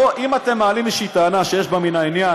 אם אתם מעלים איזושהי טענה שיש בה מן העניין,